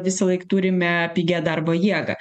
visąlaik turime pigią darbo jėgą